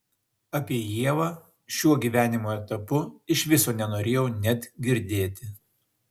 apie ievą šiuo gyvenimo etapu iš viso nenorėjau net girdėti